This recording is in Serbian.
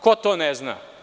Ko to ne zna?